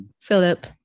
Philip